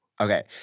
Okay